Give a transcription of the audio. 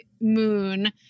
moon